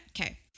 okay